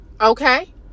okay